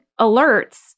alerts